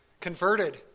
converted